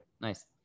nice